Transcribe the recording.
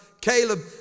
Caleb